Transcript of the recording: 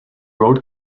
road